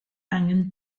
angen